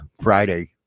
Friday